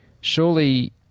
surely